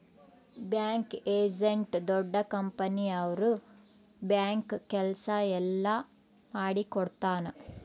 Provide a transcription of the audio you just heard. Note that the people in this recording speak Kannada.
ಬ್ಯಾಂಕ್ ಏಜೆಂಟ್ ದೊಡ್ಡ ಕಂಪನಿ ಅವ್ರ ಬ್ಯಾಂಕ್ ಕೆಲ್ಸ ಎಲ್ಲ ಮಾಡಿಕೊಡ್ತನ